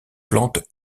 plantes